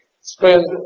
spend